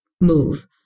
move